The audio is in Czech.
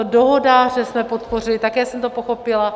Dohodáře jsme podpořili, také jsem to pochopila.